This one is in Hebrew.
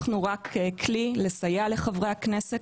אנחנו רק כלי לסייע לחברי הכנסת,